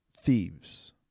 thieves